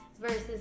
versus